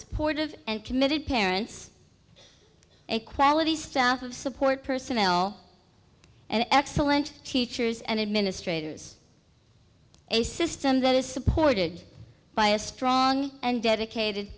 supportive and committed parents and quality staff of support personnel and excellent teachers and administrators a system that is supported by a strong and dedicated